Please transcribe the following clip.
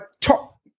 top